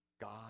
God